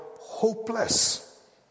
Hopeless